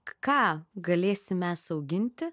ką galėsim mes auginti